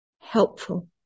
helpful